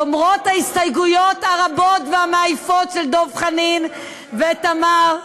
למרות ההסתייגויות הרבות והמעייפות של דב חנין ותמר והעבודה.